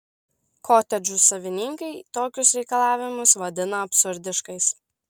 kotedžų savininkai tokius reikalavimus vadina absurdiškais